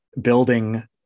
building